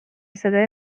صدای